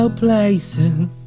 Places